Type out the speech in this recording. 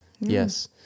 Yes